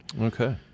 Okay